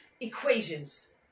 equations